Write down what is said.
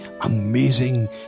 amazing